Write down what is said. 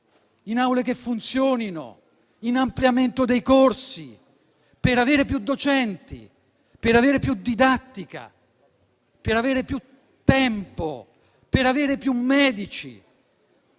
in aule che funzionino, in ampliamento dei corsi, per avere più docenti, per avere più tempo di didattica, per avere più medici